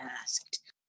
asked